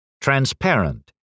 Transparent